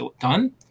done